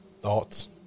Thoughts